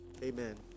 Amen